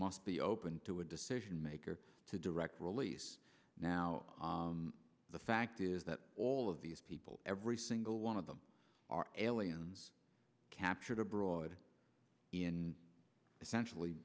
must be open to a decision maker to direct release now the fact is that all of these people every single one of them are aliens captured abroad in essentially